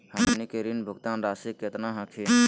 हमनी के ऋण भुगतान रासी केतना हखिन?